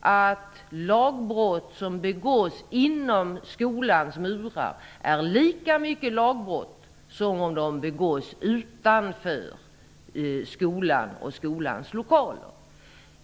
att lagbrott som begås inom skolans murar är lika mycket lagbrott som om de begås utanför skolan och skolans lokaler.